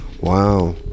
Wow